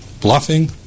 bluffing